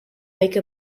make